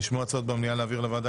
נשמעו הצעות במליאה להעביר את זה לוועדת